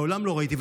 מעולם לא ראיתי,